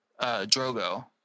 Drogo